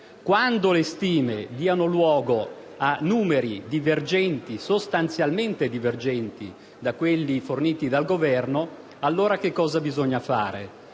Quando le stime danno luogo a numeri sostanzialmente divergenti da quelli forniti dal Governo cosa bisogna fare?